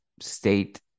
state